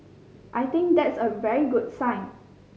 I think that is a very good sign